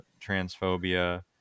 transphobia